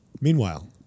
Meanwhile